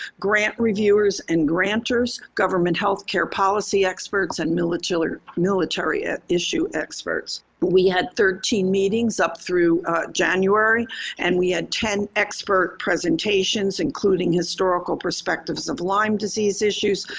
grant reviewers and granters, government healthcare policy experts, and military military ah issue experts. we had thirteen meetings up through january and we had ten expert presentations including historical perspectives of lyme disease issues,